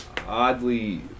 oddly